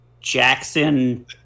Jackson